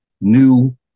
new